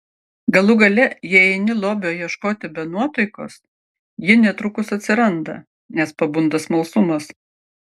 galų gale jei eini lobio ieškoti be nuotaikos ji netrukus atsiranda nes pabunda smalsumas